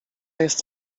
jest